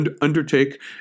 undertake